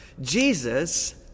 Jesus